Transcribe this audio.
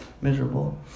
miserable